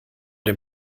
dem